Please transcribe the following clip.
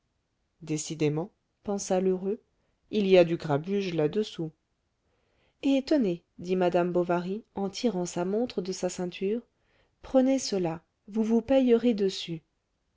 décidément pensa lheureux il y a du grabuge là-dessous et tenez dit madame bovary en tirant sa montre de sa ceinture prenez cela vous vous payerez dessus